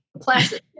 Plastic